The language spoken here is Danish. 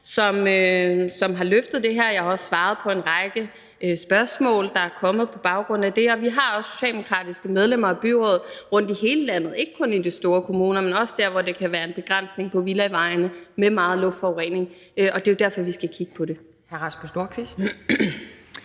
som har rejst det her. Jeg har også svaret på en række spørgsmål, der er kommet på baggrund af det, og vi har også socialdemokratiske medlemmer af byråd rundt i hele landet, ikke kun i de store kommuner, men også der, hvor det kan være en begrænsning på villavejene med meget luftforurening, og det er jo derfor, vi skal kigge på det.